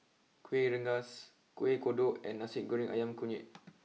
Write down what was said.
Kueh Rengas Kueh Kodok and Nasi Goreng Ayam Kunyit